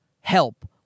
help